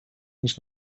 niż